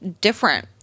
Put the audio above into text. different